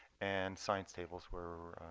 and science tables were